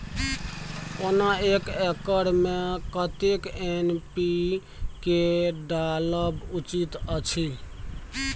ओना एक एकर मे कतेक एन.पी.के डालब उचित अछि?